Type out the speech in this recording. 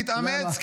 -- להתאמץ.